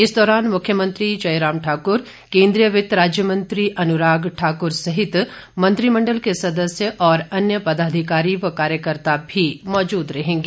इस दौरान मुख्यमंत्री जयराम ठाक्र केन्द्रीय वित्त राज्य मंत्री अनुराग ठाक्र सहित मंत्रिमंडल के सदस्य और अन्य पदाधिकारी व कार्यकर्ता भी मौजूद रहेंगे